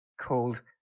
called